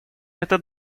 это